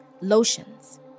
lotions